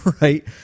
right